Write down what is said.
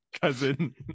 cousin